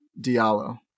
Diallo